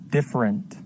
Different